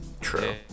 true